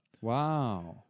Wow